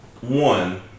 one